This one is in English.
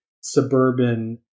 suburban